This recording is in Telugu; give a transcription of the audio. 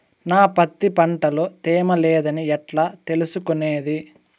నా పత్తి పంట లో తేమ లేదని ఎట్లా తెలుసుకునేది?